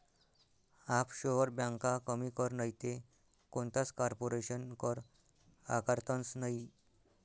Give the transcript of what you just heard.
offshore ब्यांका कमी कर नैते कोणताच कारपोरेशन कर आकारतंस नयी